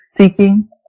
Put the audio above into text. seeking